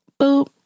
boop